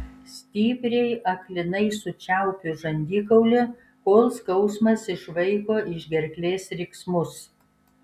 stipriai aklinai sučiaupiu žandikaulį kol skausmas išvaiko iš gerklės riksmus